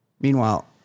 Meanwhile